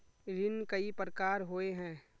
ऋण कई प्रकार होए है?